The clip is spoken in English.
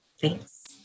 Thanks